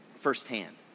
firsthand